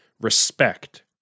respect